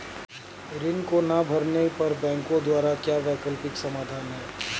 ऋण को ना भरने पर बैंकों द्वारा क्या वैकल्पिक समाधान हैं?